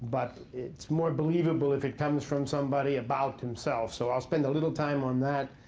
but it's more believable if it comes from somebody about himself. so i'll spend a little time on that.